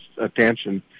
attention